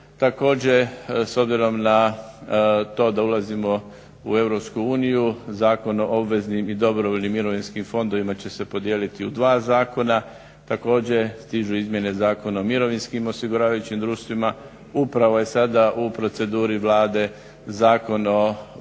Također s obzirom na to da ulazimo u Europsku uniju, Zakon o obveznim i dobrovoljnim mirovinskim fondovima će se podijeliti u dva zakona. Također stižu Izmjene Zakona o mirovinskim osiguravajućim društvima. Upravo je sada u proceduri Vlade Zakon o